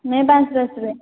ମେ' ପାଞ୍ଚରେ ଆସିବେ